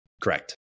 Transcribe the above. Correct